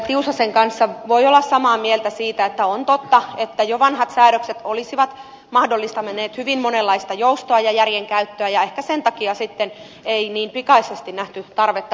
tiusasen kanssa voi olla samaa mieltä siitä että on totta että jo vanhat säädökset olisivat mahdollistaneet hyvin monenlaista joustoa ja järjenkäyttöä ja ehkä sen takia sitten ei niin pikaisesti nähty tarvetta uudistuksiin